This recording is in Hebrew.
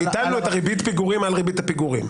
ביטלנו את ריבית הפיגורים על ריבית הפיגורים.